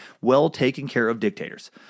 well-taken-care-of-dictators